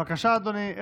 בבקשה, אדוני.